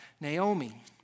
Naomi